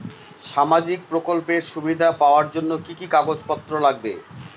সামাজিক প্রকল্পের সুবিধা পাওয়ার জন্য কি কি কাগজ পত্র লাগবে?